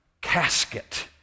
casket